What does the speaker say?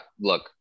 Look